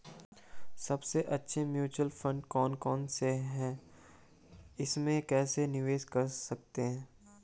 सबसे अच्छे mutual fund कौन कौनसे हैं इसमें कैसे निवेश कर सकते हैं?